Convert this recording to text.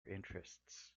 interests